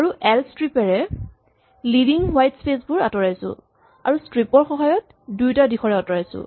আৰু L strip এৰে leading white space বোৰ আতঁৰাইছো আৰু স্ট্ৰিপ ৰ সহায়ত দুয়োটা দিশৰে আঁতৰাইছো